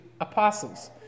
apostles